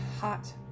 hot